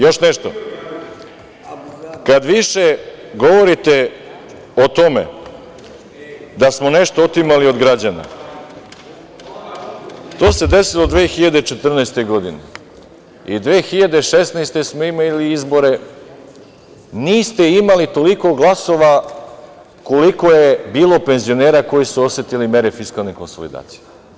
Još nešto, kada više govorite o tome da smo nešto otimali od građana, to se desilo 2014. godine i 2016. godine smo imali izbore, niste imali toliko glasova koliko je bilo penzionera koji su osetili mere fiskalne konsolidacije.